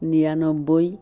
নিৰান্নব্বৈ